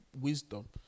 wisdom